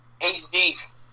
HD-